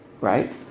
right